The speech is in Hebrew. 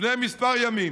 לפני כמה ימים,